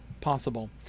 Possible